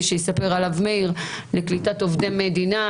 עליו יספר מאיר על קליטת עובדי מדינה,